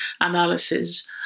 analysis